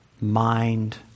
mind